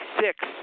six